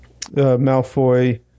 Malfoy